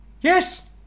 yes